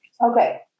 Okay